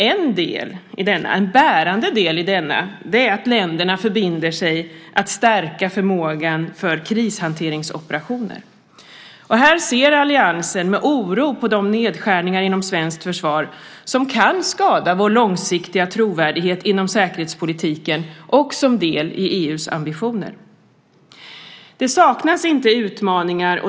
En bärande del i denna är att länderna förbinder sig att stärka förmågan till krishanteringsoperationer. Här ser alliansen med oro på de nedskärningar inom svenskt försvar som kan skada vår långsiktiga trovärdighet inom säkerhetspolitiken och som en del i EU:s ambitioner. Det saknas inte utmaningar.